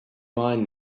mine